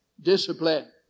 discipline